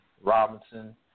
Robinson